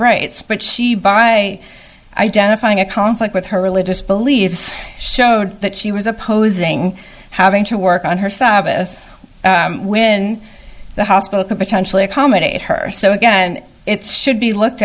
rights but she by identifying a conflict with her religious beliefs showed that she was opposing having to work on her sabbath when the hospital could potentially accommodate her so again it's should be looked